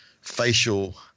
facial